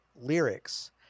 lyrics